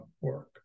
work